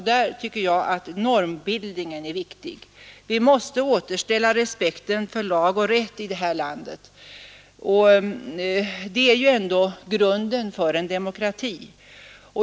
Jag anser att normbildningen därvidlag är viktig. Vi måste återställa respekten för lag och rätt i det här landet — det är ju ändå grunden för en demokrati.